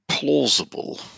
Plausible